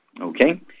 Okay